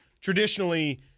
traditionally